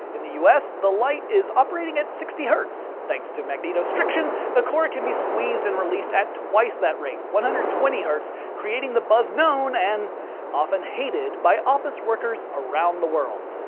in the us, the light is operating at sixty hertz. thanks to magnetostriction, the core can be squeezed and released at twice that rate one hundred and twenty hertz, creating the buzz known and often hated by office workers around the world.